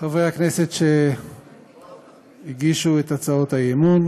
חברי הכנסת שהגישו את הצעות האי-אמון